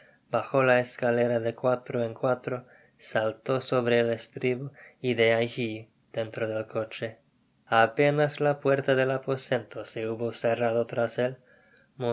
bajo la escalera de cua t tro en cuatro saltó sobre el estribo y de alli dentro del coche j apenas la puerta del aposento se hubo cerrado trás él